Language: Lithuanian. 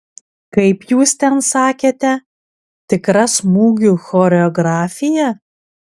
kaip jūs ten sakėte tikra smūgių choreografija